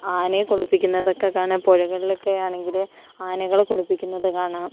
ആനയെ കുളിപ്പിക്കുന്നതൊക്കെ കാണാം പുഴകളിൽ ഒക്കെ ആണെങ്കില് ആനകളെ കുളിപ്പിക്കുന്നത് കാണാം